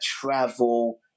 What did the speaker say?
travel